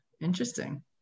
Interesting